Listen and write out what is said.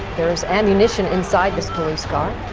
there's ammunition inside this police car.